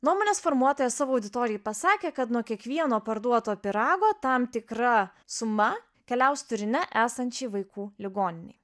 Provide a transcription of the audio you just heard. nuomonės formuotoja savo auditorijai pasakė kad nuo kiekvieno parduoto pyrago tam tikra suma keliaus turine esančiai vaikų ligoninei